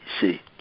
see